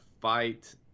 fight